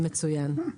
מצוין.